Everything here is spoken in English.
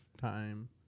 time